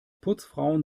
putzfrauen